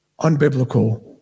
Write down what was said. unbiblical